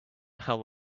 how